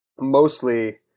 mostly